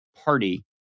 Party